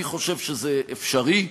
אני חושב שזה אפשרי,